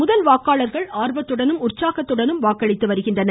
முதல் வாக்காளர்கள் ஆர்வத்துடனும் உற்சாகத்துடனும் வாக்களித்து வருகின்றனர்